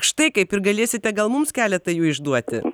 štai kaip ir galėsite gal mums keletą jų išduoti